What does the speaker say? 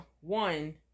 one